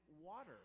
water